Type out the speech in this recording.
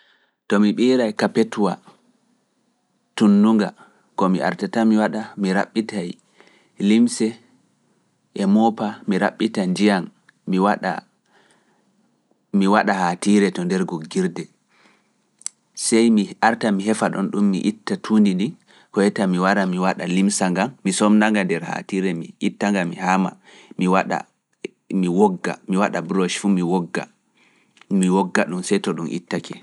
To mi ɓiyata tunnunga, ko mi artata mi waɗa, mi raɓɓitay limse e moopa, mi raɓɓita njiyam, mi waɗa haatiire mi somna nga nder hatire mi itta nga mi haama mi waɗa mi wogga. Mi waɗa ɓurosh fu mi wogga mi wogga ɗum se to ɗum ittake.